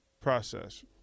process